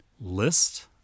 list